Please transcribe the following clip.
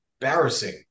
embarrassing